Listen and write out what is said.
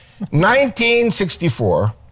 1964